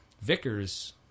Vickers